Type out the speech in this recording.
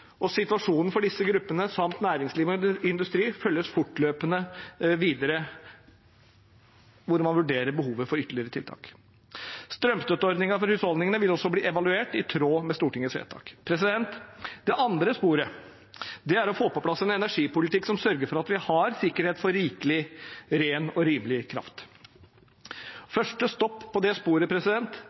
Situasjonen for disse gruppene samt næringsliv og industri følges fortløpende videre, og man vurderer behovet for ytterligere tiltak. Strømstøtteordningen for husholdningene vil også bli evaluert i tråd med Stortingets vedtak. Det andre sporet er å få på plass en energipolitikk som sørger for at vi har sikkerhet for rikelig, ren og rimelig kraft. Første stopp på det sporet